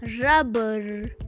rubber